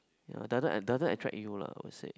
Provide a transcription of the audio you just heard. yea doesn't doesn't attract you lah I would say